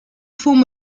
form